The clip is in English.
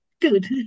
good